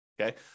okay